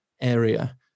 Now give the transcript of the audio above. area